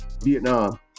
Vietnam